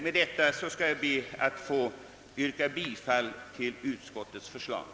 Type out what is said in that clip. Med det anförda får jag yrka bifall till utskottets hemställan.